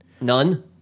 None